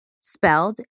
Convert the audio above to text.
spelled